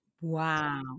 Wow